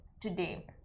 today